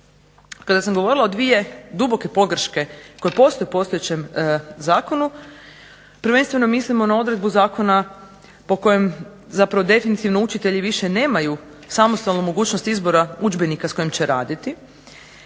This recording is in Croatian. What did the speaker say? Kada sam govorila o dvije duboke pogreške koje postoje u postojećem zakonu prvenstveno mislim na odredbu zakona po kojem definitivno učitelji više nemaju samostalnu mogućnost izbora udžbenika s kojim će raditi,